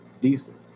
decent